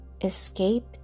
Escape